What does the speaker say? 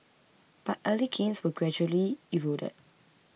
but early gains were gradually eroded